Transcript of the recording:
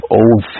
old